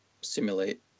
simulate